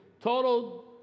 total